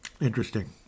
interesting